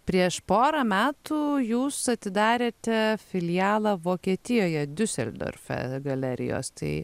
prieš porą metų jūs atidarėte filialą vokietijoje diuseldorfe galerijos tai